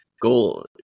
Goal